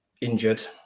injured